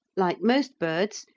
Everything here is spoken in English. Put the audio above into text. like most birds,